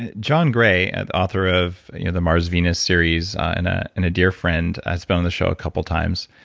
ah john gray, and author of the mars venus series and ah and a dear friend, has been on the show a couple times.